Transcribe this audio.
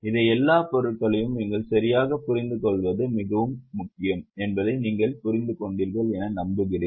இந்த எல்லா பொருட்களையும் நீங்கள் சரியாகப் புரிந்துகொள்வது மிகவும் முக்கியம் என்பதை நீங்கள் புரிந்து கொண்டீர்கள் என்று நம்புகிறேன்